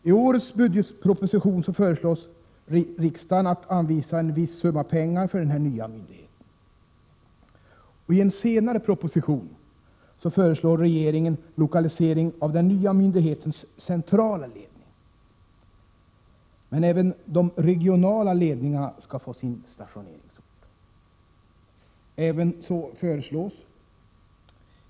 I årets budgetproposition föreslås riksdagen anvisa en viss summa pengar för denna nya myndighet. I en senare proposition föreslår regeringen en lokalisering av den nya myndighetens centrala ledning. Men även de regionala ledningarna skall få sina stationeringsorter.